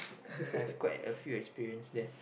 I mean I've quite a few experience there